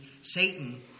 Satan